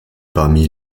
parmi